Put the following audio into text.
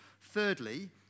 thirdly